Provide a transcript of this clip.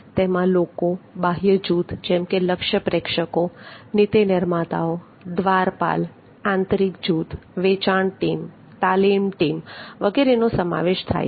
તેમાં લોકો બાહ્ય જૂથ જેમ કે લક્ષ્ય પ્રેક્ષકો નીતિ નિર્માતાઓ દ્વારપાલ આંતરિક જૂથ વેચાણ ટીમ તાલીમ ટીમ વગેરેનો સમાવેશ થાય છે